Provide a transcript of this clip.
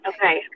Okay